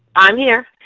i'm here.